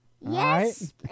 Yes